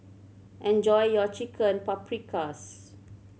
enjoy your Chicken Paprikas